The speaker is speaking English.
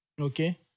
Okay